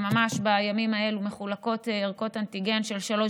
וממש בימים האלה מחולקות ערכות אנטיגן של שלוש